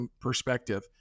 perspective